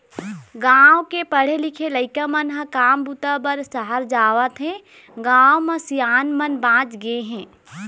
गाँव के पढ़े लिखे लइका मन ह काम बूता बर सहर जावत हें, गाँव म सियान मन बाँच गे हे